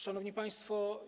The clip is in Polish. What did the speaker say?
Szanowni Państwo!